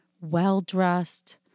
well-dressed